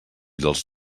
dels